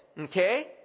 okay